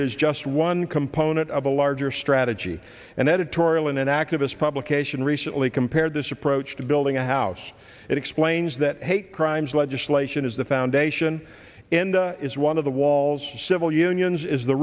is just one component of a larger strategy an editorial in an activist publication recently compared this approach to building a house that explains that hate crimes legislation is the foundation and is one of the walls of civil unions is the